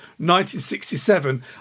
1967